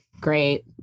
great